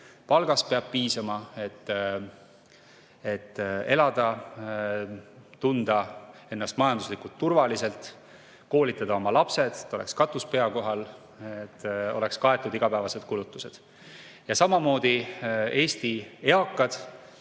Palgast peab piisama, et elada, tunda ennast majanduslikult turvaliselt, koolitada oma lapsed, et oleks katus pea kohal ja oleks kaetud igapäevased kulutused. Samamoodi ei soovi